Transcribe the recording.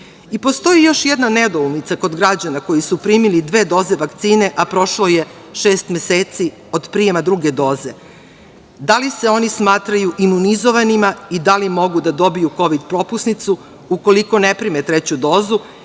još jedna nedoumica kod građana koji su primili dve doze vakcine, a prošlo je šest meseci od prijema druge doze. Da li se oni smatraju imunizovanima i da li mogu da dobiju kovid propusnicu ukoliko ne prime treću dozu